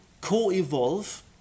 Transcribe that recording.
co-evolve